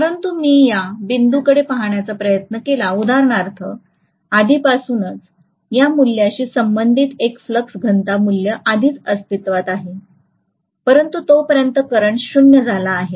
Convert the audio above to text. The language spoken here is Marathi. परंतु जर मी या बिंदूकडे पाहण्याचा प्रयत्न केला उदाहरणार्थ आधीपासूनच या मूल्याशी संबंधित एक फ्लक्स घनता मूल्य आधीच अस्तित्त्वात आहे परंतु तोपर्यंत करंट 0 झाला आहे